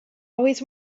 always